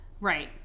Right